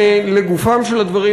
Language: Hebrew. לגופם של הדברים,